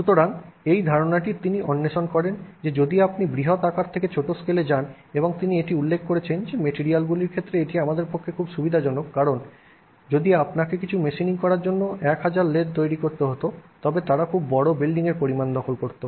সুতরাং এই ধারণাটি তিনি অন্বেষণ করেন যে যদি আপনি বৃহত আকার থেকে ছোট স্কেলে যান এবং তিনি এটিও উল্লেখ করেছেন যে মেটেরিয়ালগুলির ক্ষেত্রে এটি আমাদের পক্ষে খুব সুবিধাজনক কারণ যদি আপনাকে কিছু মেশিনিং করার জন্য 1000 লেদ তৈরি করতে হত তবে তারা খুব বড় বিল্ডিংয়ের পরিমাণ দখল করবে